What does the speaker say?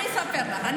אני אאפשר לך.